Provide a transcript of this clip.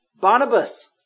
Barnabas